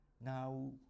Now